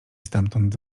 stamtąd